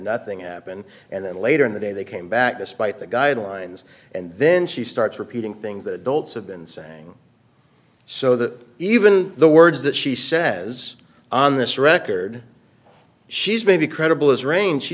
nothing appen and then later in the day they came back despite the guidelines and then she starts repeating things adults have been saying so that even the words that she says on this record she's maybe credible as range she